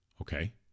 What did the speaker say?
okay